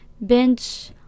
bench